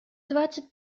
двадцать